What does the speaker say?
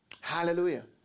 Hallelujah